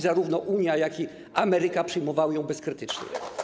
Zarówno Unia, jak i Ameryka przyjmowały ją bezkrytycznie.